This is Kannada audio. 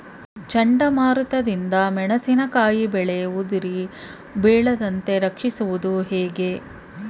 ಚಂಡಮಾರುತ ದಿಂದ ಮೆಣಸಿನಕಾಯಿ ಬೆಳೆ ಉದುರಿ ಬೀಳದಂತೆ ರಕ್ಷಿಸುವುದು ಹೇಗೆ?